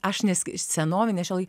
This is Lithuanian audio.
aš nes senovinė šiuolai